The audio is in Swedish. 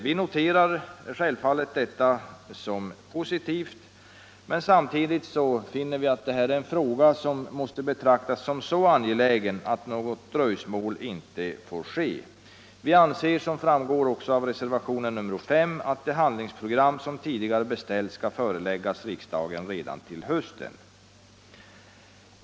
Vi noterar självfallet detta som positivt, men samtidigt finner vi att det här är en fråga som måste betraktas som så angelägen att något 17 dröjsmål inte får ske. Vi anser, som framgår av reservationen 5, att det handlingsprogram som tidigare beställts skall föreläggas riksdagen redan till hösten.